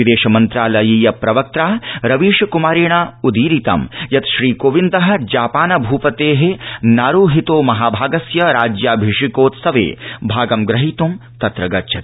विदेश मन्त्रालयीय प्रवक्त्रा रवीश कुमारेण उदीरितं यत् श्री कोविन्द जापान भूपते नारुहितो महाभागस्य राज्याभिषेकोत्सवे भागं ग्रहीतुं तत्र गच्छति